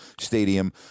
stadium